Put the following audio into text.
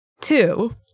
two